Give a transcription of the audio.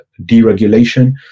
deregulation